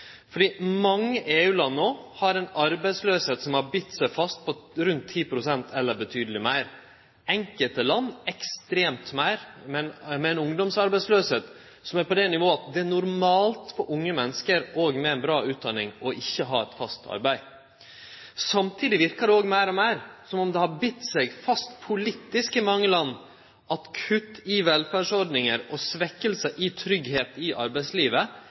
har no ei arbeidsløyse som har bite seg fast på rundt 10 pst. eller betydeleg meir – i enkelte land ekstremt mykje meir – med ei ungdomsarbeidsløyse som er på det nivået at det er normalt for unge menneske med bra utdanning ikkje å ha eit fast arbeid. Samtidig verkar det meir og meir som om det har bite seg fast politisk i mange land at kutt i velferdsordningar og svekking av tryggleik i arbeidslivet